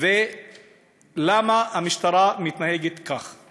ולמה המשטרה מתנהגת כך: